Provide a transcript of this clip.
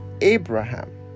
Abraham